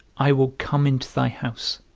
i will come into thy house